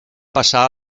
passar